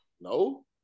No